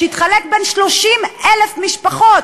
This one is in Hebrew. שיתחלק בין 30,000 משפחות.